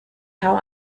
how